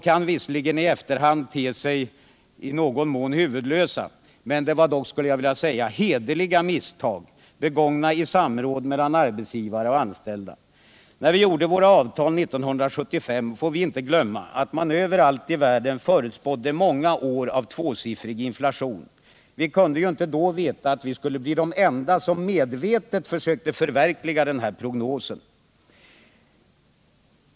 De kan visserligen nu i efterhand te sig i någon mån huvudlösa, men de var dock hederliga misstag, begångna i samråd mellan arbetsgivare och anställda. Vi får inte glömma att när vi träffade våra avtal 1975 förutspådde man överallt i världen många år med tvåsiffrig inflation. Vi kunde ju inte då veta att vi skulle bli de enda som medvetet försökte förverkliga den här prognosen.